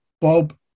Bob